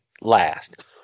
last